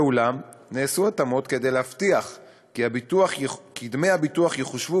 ואולם נעשו התאמות כדי להבטיח כי דמי הביטוח יחושבו